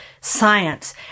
science